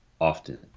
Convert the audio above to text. often